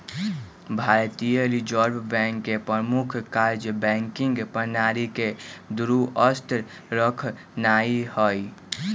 भारतीय reserve bank के प्रमुख काज़ बैंकिंग प्रणाली के दुरुस्त रखनाइ हइ